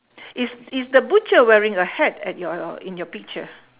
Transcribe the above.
is is the butcher wearing a hat at your your in your picture